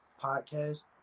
podcast